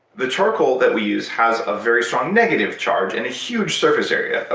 the charcoal that we use has a very strong negative charge, and a huge surface area. ah